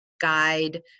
guide